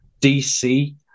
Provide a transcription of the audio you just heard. DC